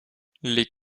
les